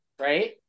right